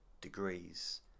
degrees